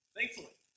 Thankfully